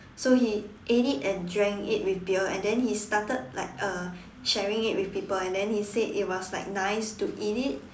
so he ate it and drank it with beer and then he started like uh sharing it with people and then he said it was like nice to eat it